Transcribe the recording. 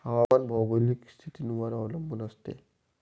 हवामान भौगोलिक स्थितीवर अवलंबून असते